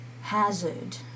Hazard